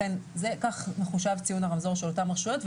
כך מחושב ציון הרמזור של אותן רשויות,